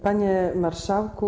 Panie Marszałku!